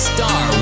Star